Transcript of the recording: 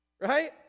Right